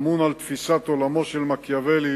אמון על תפיסת עולמו של מקיאוולי,